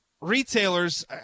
retailers